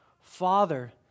Father